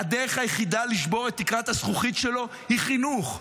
הדרך היחידה לשבור את תקרת הזכוכית שלו היא חינוך.